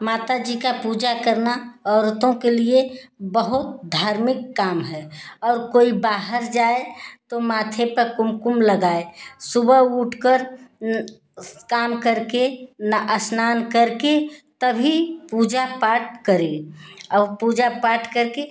माता जी का पूजा करना औरतों के लिये बहुत धार्मिक काम है और कोई बाहर जाए तो माथे पर कुमकुम लगाए सुबह उठ कर काम कर के ना स्नान करके तभी पूजा पाठ करें और पूजा पाठ करके